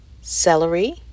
celery